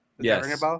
Yes